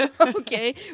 Okay